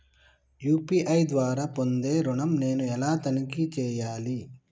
UPI ద్వారా పొందే ఋణం నేను ఎలా తనిఖీ చేయాలి?